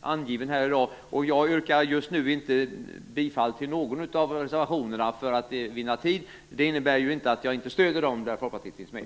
angiven i dag. Just nu yrkar jag inte bifall till någon av reservationerna; detta för att vinna tid. Det innebär dock inte att jag inte stöder de reservationer där Folkpartiet finns med.